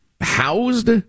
housed